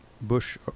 bush